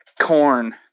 corn